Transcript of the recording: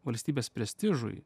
valstybės prestižui